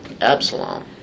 Absalom